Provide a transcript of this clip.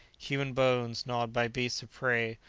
human bones gnawed by beasts prey,